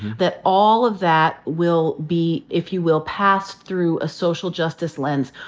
that all of that will be, if you will, passed through a social justice lens,